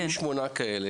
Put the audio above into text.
יש שמונה כאלה.